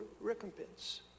recompense